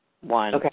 one